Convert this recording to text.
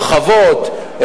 הרחבות,